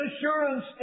assurance